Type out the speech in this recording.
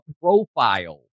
profile